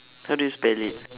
how do you spell it